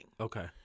Okay